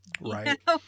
right